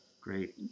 great